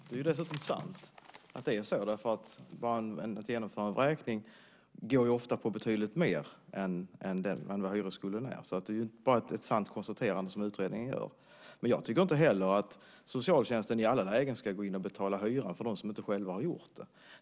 Herr talman! Det är dessutom sant. Att gå till vräkning kostar ofta betydligt mer än vad hyresskulden är. Det är bara ett sant konstaterande som utredningen gör. Jag tycker inte heller att socialtjänsten i alla lägen ska gå in och betala hyran för dem som inte själva har gjort det.